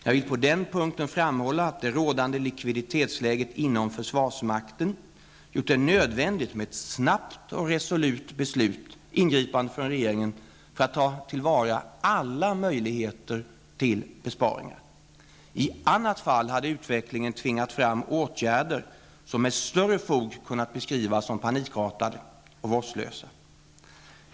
Jag vill på den punkten framhålla att det rådande likviditetsläget inom försvarsmakten gjort det nödvändigt med ett snabbt och resolut ingripande från regeringen för att ta till vara alla möjligheter till besparingar. I annat fall hade utvecklingen tvingat fram åtgärder som med större fog kunnat beskrivas som panikartade eller vårdslösa.